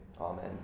Amen